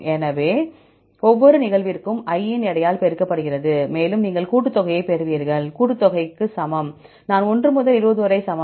எனவே ஒவ்வொரு நிகழ்விற்கும் i இன் எடையால் பெருக்கப்படுகிறது மேலும் நீங்கள் கூட்டுத்தொகையைப் பெறுவீர்கள் கூட்டுத்தொகை சமம் நான் 1 முதல் 20 வரை சமம்